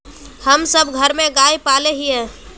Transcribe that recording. हम सब घर में गाय पाले हिये?